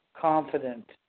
confident